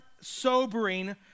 sobering